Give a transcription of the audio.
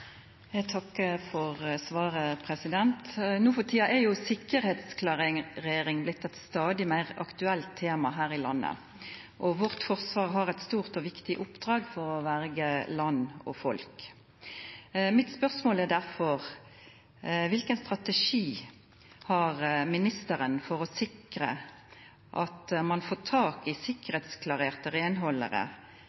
Jeg takker for svaret. Nå for tiden er sikkerhetsklarering blitt et stadig mer aktuelt tema her i landet, og vårt forsvar har et stort og viktig oppdrag for å verge land og folk. Mitt spørsmål er derfor: Hvilken strategi har ministeren for å sikre at man får tak i